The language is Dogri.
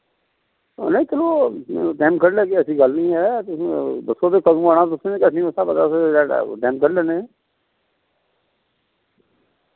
नेईं चलो टैम कड्ढी लैगे ऐसी गल्ल नेईं ऐ तुस दस्सो के कदूं आना तुसेै ते अस उस्से स्हाबै दा अस टैम कड्ढी लैन्ने